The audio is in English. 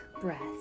breath